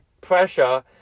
pressure